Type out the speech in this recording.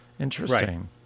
Interesting